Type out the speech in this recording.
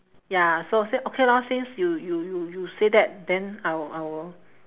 ya so I say okay lor since you you you you say that then I will I will